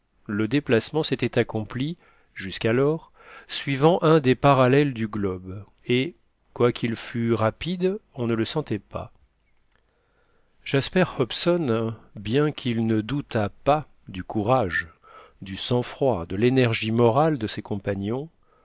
le déplacement s'était accompli jusqu'alors suivant un des parallèles du globe et quoiqu'il fût rapide on ne le sentait pas jasper hobson bien qu'il ne doutât pas du courage du sang-froid de l'énergie morale de ses compagnons